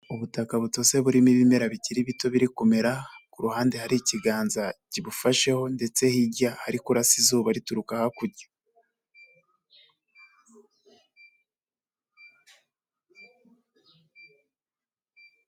Ubutaka butose burimo ibimera bikiri bito biri kumera, ku ruhande hari ikiganza kibufasheho, ndetse hirya harikurasa izuba rituruka hakurya.